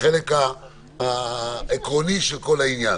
בחלק העקרוני של העניין,